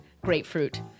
grapefruit